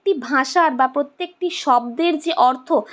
ভাষার বা প্রত্যেকটি শব্দের যে অর্থ